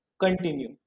continue